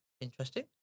interesting